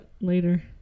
later